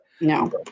No